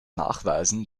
nachweisen